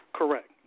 Correct